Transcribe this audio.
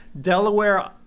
Delaware